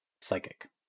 psychic